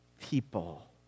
people